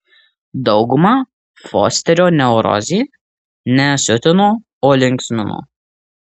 daugumą fosterio neurozė ne siutino o linksmino